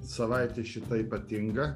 savaitė šita ypatinga